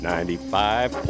Ninety-five